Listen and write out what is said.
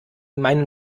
meinen